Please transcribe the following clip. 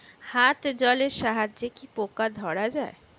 হাত জলের সাহায্যে কি পোকা ধরা যায়?